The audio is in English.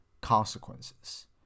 consequences